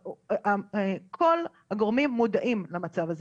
כל הגורמים מודעים למצב הזה.